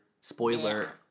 Spoiler